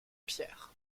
pierres